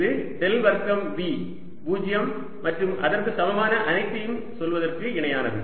இது டெல் வர்க்கம் V 0 மற்றும் அதற்கு சமமான அனைத்தையும் சொல்வதற்கு இணையானது